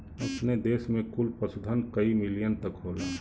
अपने देस में कुल पशुधन कई मिलियन तक होला